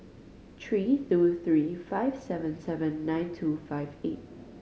three two three five seven seven nine two five eight